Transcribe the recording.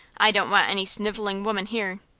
i don't want any sniveling women here.